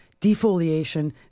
defoliation